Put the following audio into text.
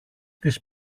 της